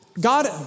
God